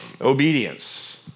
obedience